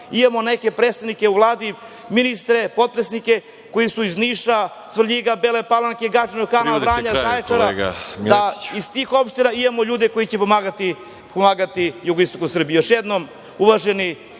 imamo neke predsednike u Vladi, ministre, potpredsednike koji su iz Niša, Svrljiga, Bele Palanke, Gazinog Hana, Vranja, Zaječara, da iz tih opština imamo ljude koji će pomagati, ulagati u jugoistok Srbije. Još jednom, uvažene